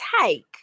take